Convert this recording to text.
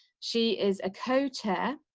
she is a co chair,